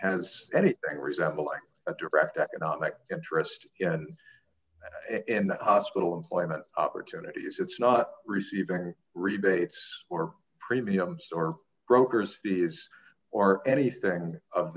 has anything resembling a direct economic interest in the hospital employment opportunities it's not receiving rebates or premiums or brokers is or anything of